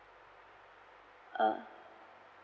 uh